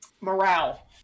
morale